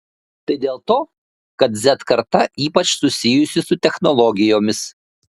tai dėl to kad z karta ypač susijusi su technologijomis